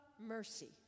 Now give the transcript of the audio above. mercy